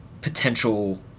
potential